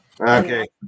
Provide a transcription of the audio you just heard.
okay